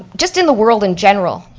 just in the world in general,